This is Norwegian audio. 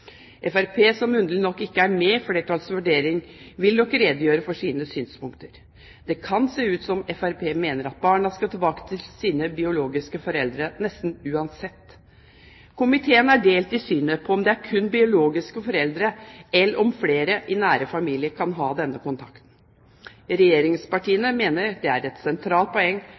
som underlig nok ikke er med i flertallets vurderinger, vil nok redegjøre for sine synspunkter. Det kan se ut som om Fremskrittspartiet mener at barna skal tilbake til sine biologiske foreldre nesten uansett. Komiteen er delt i synet på om det er kun biologiske foreldre eller om flere i nær familie kan ha denne kontakten. Regjeringspartiene mener det er et sentralt poeng